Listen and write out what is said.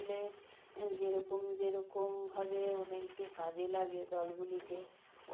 যেমন সেগুলি কীভাবে উদযাপিত হয় যেমন দুর্গা পুজো আমাদের